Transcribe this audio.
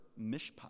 Mishpat